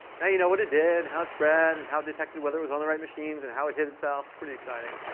now, you know what it did, and how it spread, and how it detected whether it was on the right machines, and how it hid itself. it's pretty exciting.